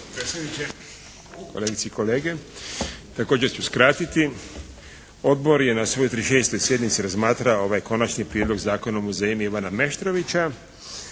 (HDZ)** Kolegice i kolege. Također ću skratiti. Odbor je na svojoj 36. sjednici razmatrao ovaj Konačni prijedlog Zakona o muzejima Ivana Meštrovića.